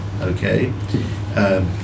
Okay